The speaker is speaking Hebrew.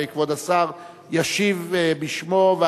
וכבוד השר ישיב בשמו.